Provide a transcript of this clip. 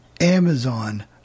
Amazon